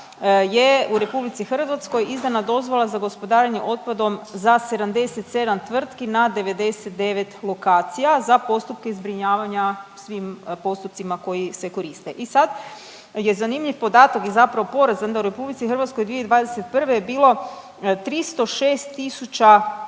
je u RH izdana dozvola za gospodarenje otpadom za 77 tvrtki na 99 lokacija za postupke zbrinjavanja svim postupcima koji se koriste. I sad je zanimljiv podatak i zapravo porazan da u RH 2021. je bilo 306 tisuća